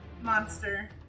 monster